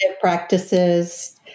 practices